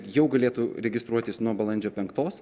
jau galėtų registruotis nuo balandžio penktos